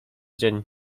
dzień